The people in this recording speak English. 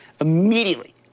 immediately